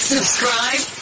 Subscribe